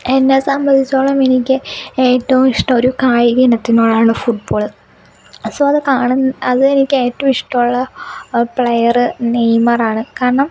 എന്നെ സംബന്ധിച്ചിടത്തോളം എനിക്ക് ഏറ്റവും ഇഷ്ടം ഒരു കായിക ഇനത്തിനോടാണ് ഫുട് ബോൾ സൊ അത് കാണ് അത് എനിക്ക് ഏറ്റവും ഇഷ്ടമുള്ള പ്ലയർ നെയ്മറാണ് കാരണം